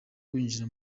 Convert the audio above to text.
winjira